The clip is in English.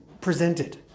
presented